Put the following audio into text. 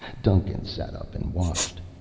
duncan sat up and watched.